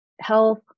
health